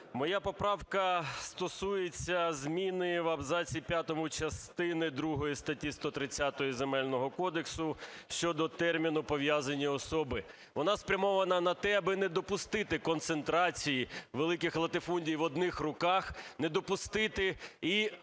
Моя поправка стосується зміни в абзаці п'ятому частини другої статті 130 Земельного кодексу щодо терміну "пов'язані особи". Вона спрямована на те, аби не допустити концентрації великих латифундій в одних руках, не допустити і